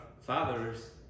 fathers